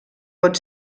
pot